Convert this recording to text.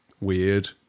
weird